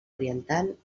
oriental